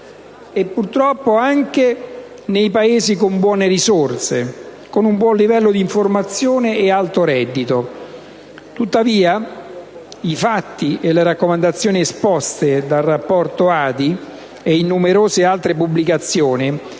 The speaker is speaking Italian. e purtroppo anche nei Paesi con buone risorse, con un buon livello di informazione ed alto reddito. Tuttavia, i fatti e le raccomandazioni esposti nel rapporto ADI e in numerose altre pubblicazioni,